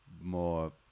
more